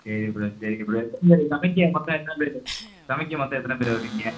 சரி ப்ரோ சரி ப்ரோ எத்தனை பேர் சமைக்க மொத்தம் எத்தனை பேர் சமைக்க மொத்தம் எத்தனை பேர் வருவீங்க